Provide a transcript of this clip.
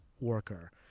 worker